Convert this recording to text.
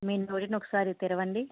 మీ నోరుని ఒకసారి తెరవండి